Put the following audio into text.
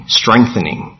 strengthening